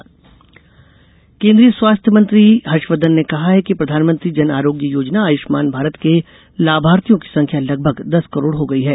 आयुष्मान लोकसभा केन्दीय स्वास्थ्य मंत्री हर्षवर्धन ने कहा है कि प्रधानमंत्री जन आऱोग्य योजना आयुष्मान भारत के लाभार्थियों की संख्या लगभग दस करोड़ हो गई है